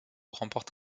remporte